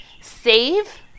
save